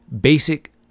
basic